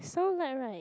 so light right